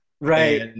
Right